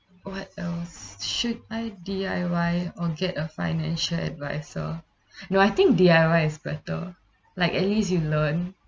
what else should I D_I_Y or get a financial adviser no I think D_I_Y is better like at least you learn